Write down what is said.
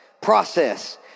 Process